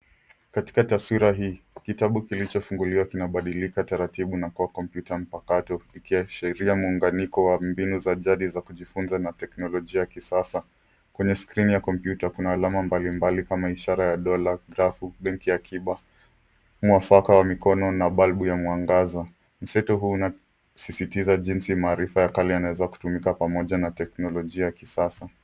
Katika taswira hii kitabu kilichofunguliwa kinabadilika taratibu na kuwa kompyuta mpakato ikiashiria muunganiko wa mbinu za jadi za kujifunza na teknolojia ya kisasa. Kwenye skrini ya kompyuta kuna alama mbalimbali kama ishara ya dola, grafu, benki ya akiba, mwafaka wa mikono na balbu ya mwangaza. Mseto huu unasisitiza jinsi maarifa ya kale yanaweza kutumika pamoja na teknolojia ya kisasa.